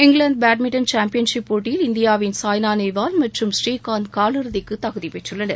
England badminton championship போட்டியில் இந்தியாவின் சாய்னா நெவால் மற்றும் கிடாம்பி ஸ்ரீகாந்த் காலிறுதிக்கு தகுதி பெற்றுள்ளனர்